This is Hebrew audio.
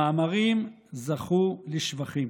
המאמרים זכו לשבחים.